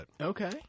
Okay